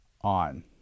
on